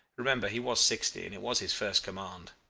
remember he was sixty, and it was his first command.